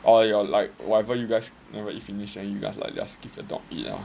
orh like whatever you guys never eat finish and you guys ah just like give the dog eat ah